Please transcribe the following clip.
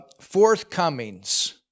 forthcomings